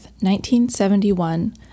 1971